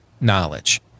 knowledge